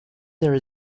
there